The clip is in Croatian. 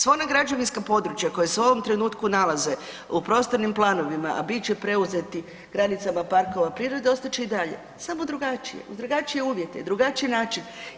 Sva ona građevinska područja koja se u ovom trenutku nalaze u prostornim planovima, a bit će preuzeti granicama parkova prirode ostat će i dalje samo drugačije, drugačiji uvjeti, drugačiji način.